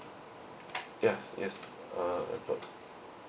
yes yes uh